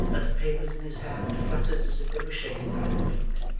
that the papers in his hand fluttered as if they were shaken by the wind,